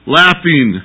laughing